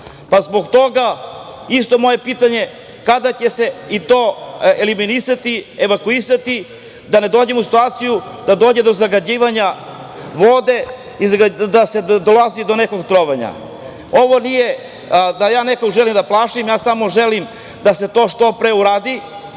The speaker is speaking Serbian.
Zbog toga, moje pitanje – kada će se i to eliminisati, evakuisati, da ne dođemo u situaciju da dođe do zagađenja vode i dođe do nekog trovanja? Ovo nije da nekog želim da plašim. Samo želim da se to što pre uradi,